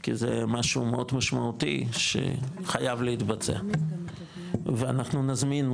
כי זה משהו מאוד משמעותי שחייב להתבצע ואנחנו נזמין,